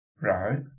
Right